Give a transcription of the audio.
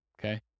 okay